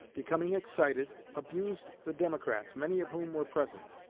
becoming excited, abused the democrats, many of whom were present.